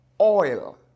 oil